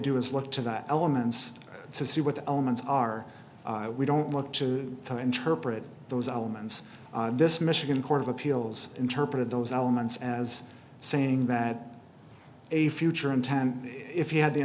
do is look to the elements to see what the omens are we don't look to to interpret those omens this michigan court of appeals interpreted those elements as saying that a future in time if he had the